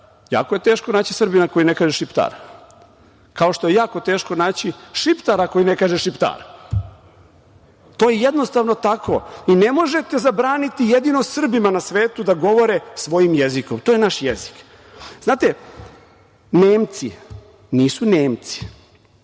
Jako je teško naći Srbina koji ne kaže - Šiptar, kao što je jako teško naći Šiptara koji ne kaže - Šiptar. To je jednostavno tako i ne možete zabraniti jedino Srbima na svetu da govore svojim jezikom. To je naš jezik. Znate, Nemci nisu Nemci.